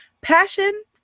Passion